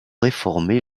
réformer